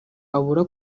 abura